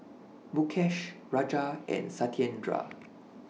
Mukesh Raja and Satyendra